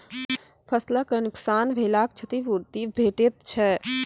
फसलक नुकसान भेलाक क्षतिपूर्ति भेटैत छै?